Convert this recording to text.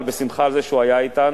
אבל בשמחה על זה שהוא היה אתנו,